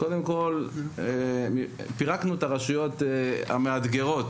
קודם כול, פירקנו את הרשויות המאתגרות.